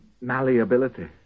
malleability